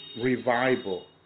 revival